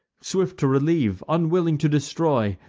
swift to relieve, unwilling to destroy,